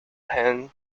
hens